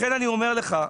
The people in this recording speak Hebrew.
לכן אני אומר לך,